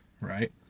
right